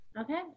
Okay